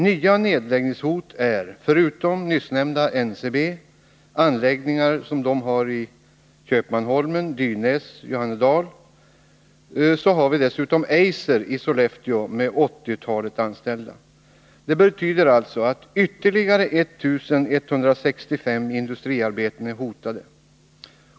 Nya nedläggningshot gäller, förutom NCB-anläggningarna i Köpmanholmen, Dynäs och Johannedal, bl.a. AB Eiser i Sollefteå med åttiotalet anställda. Det betyder alltså att ytterligare 1 165 industriarbeten är hotade.